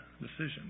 decision